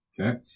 Okay